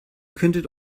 könntet